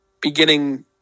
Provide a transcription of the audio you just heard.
beginning